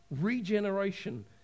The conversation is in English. regeneration